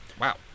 Wow